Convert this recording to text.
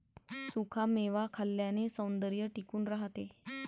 सुखा मेवा खाल्ल्याने सौंदर्य टिकून राहते